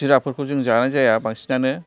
चिराफोरखौ जों जानाय जाया बांसिनानो फिथा